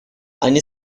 они